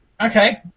Okay